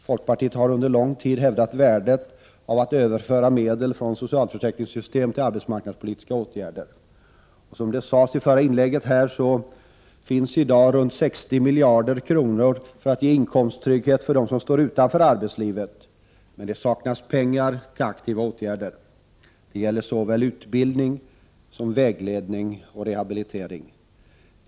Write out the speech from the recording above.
Folkpartiet har under lång tid hävdat värdet av att överföra medel från socialförsäkringssystemet till arbetsmarknadspolitiska åtgärder. Som det sades i det förra inlägget finns det i dag ca 60 miljarder kronor för att ge inkomsttrygghet för dem som står utanför arbetslivet. Men det saknas pengar till aktiva åtgärder. Det gäller såväl utbildning som vägledning och rehabilitering.